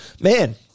Man